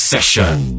Session